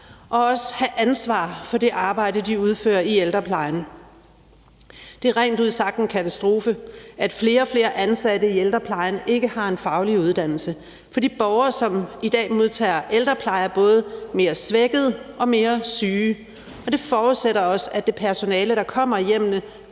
og også have ansvar for det arbejde, de udfører i ældreplejen. Det er rent ud sagt en katastrofe, at flere og flere ansatte i ældreplejen ikke har en faglig uddannelse, for de borgere, som i dag modtager ældrepleje, er både mere svækkede og mere syge, og det forudsætter også, at det personale, der kommer i hjemmene,